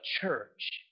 church